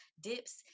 dips